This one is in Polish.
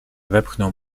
wepchnął